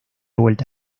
vuelta